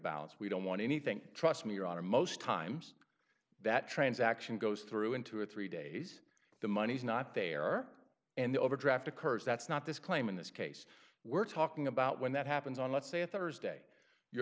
balance we don't want anything trust me your honor most times that transaction goes through in two or three days the money's not there and the overdraft occurs that's not this claim in this case we're talking about when that happens on let's say a thursday your